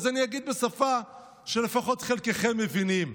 אז אני אגיד בשפה שלפחות חלקכם מבינים.